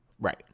Right